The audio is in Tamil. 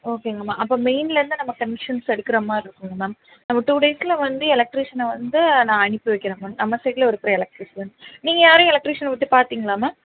ஓகேங்கம்மா அப்போ மெயின்லர்ந்து நம்ம கனக்ஷன்ஸ் எடுக்கிறா மாதிரி இருக்குதுங்க மேம் நம்ம டூ டேஸில் வந்து எலெக்ட்ரிஷியனை வந்து நான் அனுப்பி வைக்கிறேன் மேம் நம்ம சைட்டில் இருக்கிற எலெக்ட்ரிஷியன் நீங்கள் யாரும் எலெக்ட்ரிஷியனை விட்டுப் பார்த்திங்களா மேம்